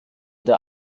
der